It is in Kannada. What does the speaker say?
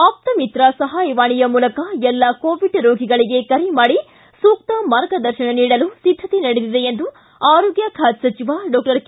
ಆಪ್ತಮಿತ್ರ ಸಹಾಯವಾಣಿಯ ಮೂಲಕ ಎಲ್ಲ ಕೋವಿಡ್ ರೋಗಿಗಳಿಗೆ ಕರೆ ಮಾಡಿ ಸೂಕ್ತ ಮಾರ್ಗದರ್ಶನ ನೀಡಲು ಸಿದ್ದಕೆ ನಡೆದಿದೆ ಎಂದು ಆರೋಗ್ಯ ಖಾತೆ ಸಚಿವ ಡಾಕ್ಟರ್ ಕೆ